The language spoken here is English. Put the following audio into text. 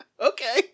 Okay